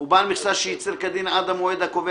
הוא בעל מכסה שייצר כדין עד המועד הקובע